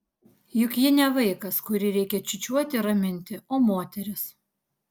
juk ji ne vaikas kurį reikia čiūčiuoti ir raminti o moteris